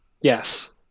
Yes